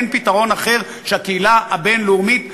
אין פתרון אחר שהקהילה הבין-לאומית תקבל.